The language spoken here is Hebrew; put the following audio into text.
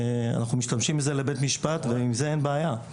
אנחנו משתמשים בזה לבית משפט, ועם זה אין בעיה.